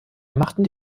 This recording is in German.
machten